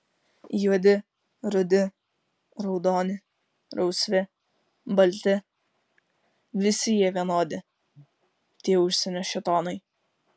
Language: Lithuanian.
juodi rudi raudoni rausvi balti visi jie vienodi tie užsienio šėtonai